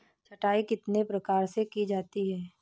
छँटाई कितने प्रकार से की जा सकती है?